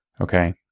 Okay